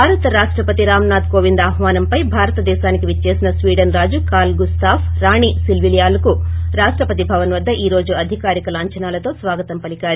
భారత రాష్షపతి రామ్ నాథ్ కోవింద్ ఆహ్వానంపై భారత దేశానికి విచ్చేసిన స్వీడన్ రాజు కార్లోగుస్తాఫ్ రాణి సిల్వియాలకు రాష్టపతి భవన్ వద్ద ఈ రోజు అధికారిక లంచానాలతో స్వాగతం పలికారు